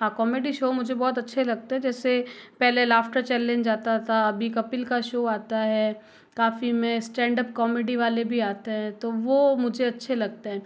हाँ comedy show मुझे बहुत अच्छे लगते जैसे पहले लाफ्टर चैलेंज आता था अभी कपिल का शो आता है काफ़ी में स्टैंडअप कॉमेडी वाले भी आते हैं तो वो मुझे अच्छे लगते हैं